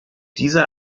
dieser